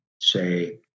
say